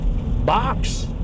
Box